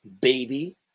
baby